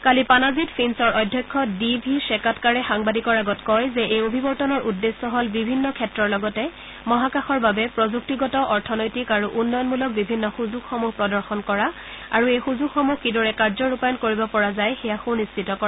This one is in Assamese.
কালি পানাজীত ফিনছৰ অধ্যক্ষ ডি ভি খ্বেকাটকাৰে সাংবাদিকৰ আগত কয় যে এই অভিৱৰ্তনৰ উদ্দেশ্য হল বিভিন্ন ক্ষেত্ৰৰ লগতে মহাকাশৰ বাবে প্ৰযুক্তিগত অৰ্থনৈতিক আৰু উন্নয়নমূলক বিভিন্ন সূযোগসমূহ প্ৰদৰ্শন কৰা আৰু এই সুযোগসমূহ কিদৰে কাৰ্য ৰূপায়ণ কৰিব পৰা যায় সেয়া সুনিশ্চিত কৰা